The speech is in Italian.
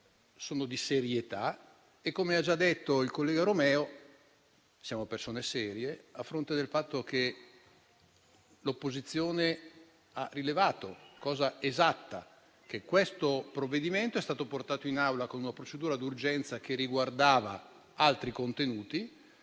sono di serietà. Come ha già detto il collega Romeo, siamo persone serie, a fronte del fatto che l'opposizione ha rilevato - cosa esatta - che questo provvedimento è stato portato in Aula con una procedura d'urgenza che riguardava altri contenuti.